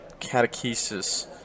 catechesis